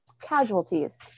casualties